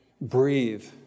breathe